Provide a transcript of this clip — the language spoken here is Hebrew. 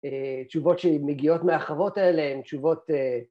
תשובות שמגיעות מהחוות האלה הן תשובות